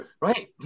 Right